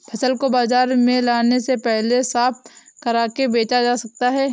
फसल को बाजार में लाने से पहले साफ करके बेचा जा सकता है?